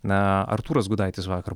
na artūras gudaitis vakar